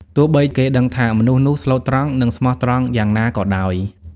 ទោះបីគេដឹងថា មនុស្សនោះស្លូតត្រង់ និងស្មោះត្រង់យ៉ាងណាក៏ដោយ ។